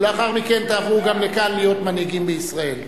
ולאחר מכן תעברו גם לכאן להיות מנהיגים בישראל.